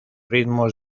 ritmos